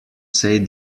say